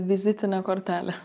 vizitinė kortelė